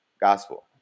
gospel